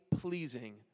pleasing